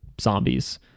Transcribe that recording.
zombies